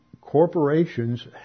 corporations